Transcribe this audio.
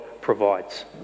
provides